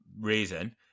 reason